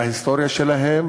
בהיסטוריה שלהם,